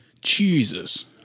Jesus